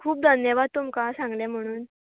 खूब धन्यवाद तुमकां सांगलें म्हणून